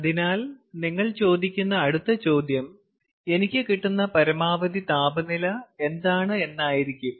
അതിനാൽ നിങ്ങൾ ചോദിക്കുന്ന അടുത്ത ചോദ്യം എനിക്ക് കിട്ടുന്ന പരമാവധി താപനില എന്താണ് എന്നായിരിക്കും